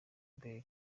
nobel